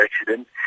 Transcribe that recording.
accident